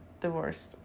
divorced